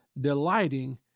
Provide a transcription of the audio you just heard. delighting